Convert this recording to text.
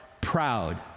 proud